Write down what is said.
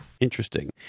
Interesting